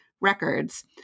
records